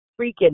freaking